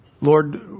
Lord